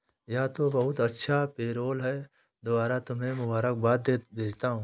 यह तो बहुत अच्छा पेरोल है दोबारा तुम्हें मुबारकबाद भेजता हूं